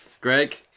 Greg